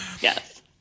Yes